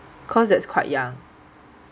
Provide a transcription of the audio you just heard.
cause that's quite young